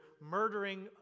murdering